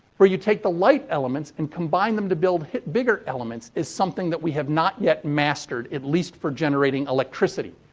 where you take the light elements and combine them to build bigger elements, is something that we have not yet mastered, at least for generating electricity.